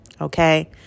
okay